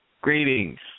Greetings